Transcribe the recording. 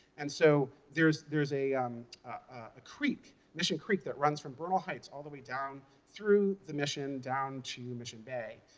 and so there is there is a um ah creek, mission creek, that runs from bernal heights all the way down through the mission down to the mission bay.